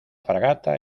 fragata